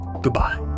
Goodbye